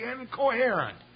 incoherent